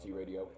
radio